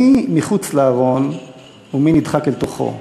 מי מחוץ לארון ומי נדחק אל תוכו.